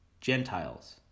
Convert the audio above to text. Gentiles